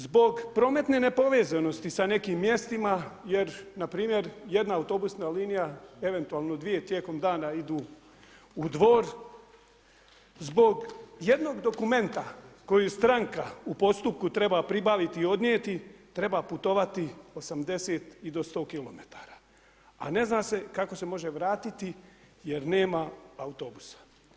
Zbog prometne nepovezanosti sa nekim mjestima jer npr. jedna autobusna linija, eventualno dvije tijekom dana idu u Dvor zbog jednog dokumenta koji stranka u postupku treba pribaviti i odnijeti treba putovati 80 i do 100km a ne zna se kako se može vratiti jer nema autobusa.